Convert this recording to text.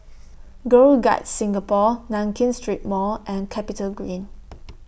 Girl Guides Singapore Nankin Street Mall and Capitagreen